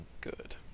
good